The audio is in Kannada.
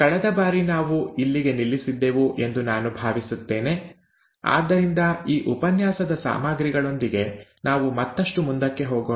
ಕಳೆದ ಬಾರಿ ನಾವು ಇಲ್ಲಿಗೆ ನಿಲ್ಲಿಸಿದ್ದೆವು ಎಂದು ನಾನು ಭಾವಿಸುತ್ತೇನೆ ಆದ್ದರಿಂದ ಈ ಉಪನ್ಯಾಸದ ಸಾಮಗ್ರಿಗಳೊಂದಿಗೆ ನಾವು ಮತ್ತಷ್ಟು ಮುಂದಕ್ಕೆ ಹೋಗೋಣ